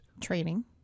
Training